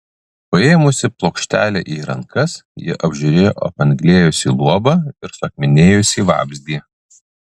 paėmusi plokštelę į rankas ji apžiūrėjo apanglėjusį luobą ir suakmenėjusį vabzdį